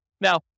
Now